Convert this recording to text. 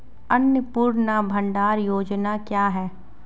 अन्नपूर्णा भंडार योजना क्या है?